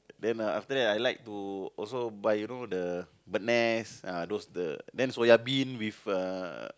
then ah after that I like to also buy you know the bird nest ah those the then soya bean with uh